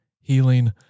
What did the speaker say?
healing